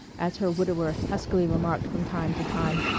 as her widower huskily remarked from time to time,